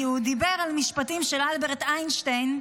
כי הוא דיבר על משפטים של אלברט איינשטיין,